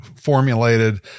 formulated